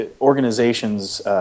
organizations –